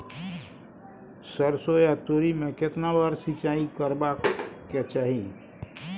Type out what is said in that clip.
सरसो या तोरी में केतना बार सिंचाई करबा के चाही?